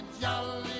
jolly